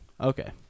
Okay